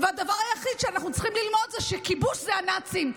והדבר היחיד שאנחנו צריכים ללמוד הוא שכיבוש הוא הנאצים.